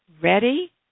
Ready